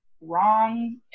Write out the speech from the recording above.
wrong